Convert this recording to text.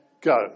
Go